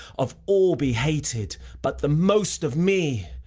of all be hated, but the most of me!